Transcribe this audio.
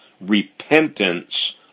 repentance